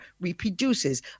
reproduces